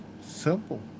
simple